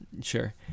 Sure